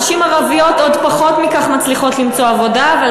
נשים ערביות מצליחות למצוא עבודה עוד פחות מכך,